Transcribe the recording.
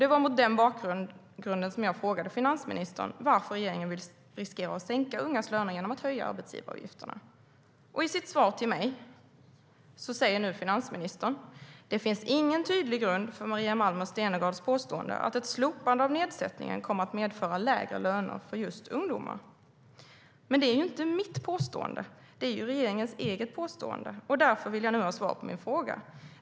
Det var mot den bakgrunden som jag frågade finansministern varför regeringen vill riskera att sänka ungas löner genom att höja arbetsgivaravgifterna.I sitt svar till mig säger nu finansministern: "Det finns ingen tydlig grund för Maria Malmer Stenergards påstående att ett slopande av nedsättningen kommer att medföra lägre löner för just ungdomar." Men det är inte mitt påstående, utan regeringens eget. Därför vill jag nu ha svar på min fråga.